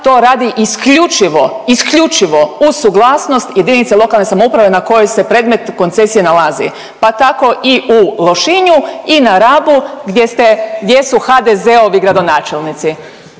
to radi isključivo, isključivo uz suglasnost jedinice lokalne samouprave na kojoj se predmet koncesije nalazi, pa tako i u Lošinju i na Rabu gdje su HDZ-ovi gradonačelnici.